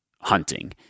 hunting